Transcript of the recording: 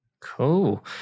Cool